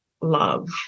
love